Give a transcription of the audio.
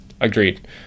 Agreed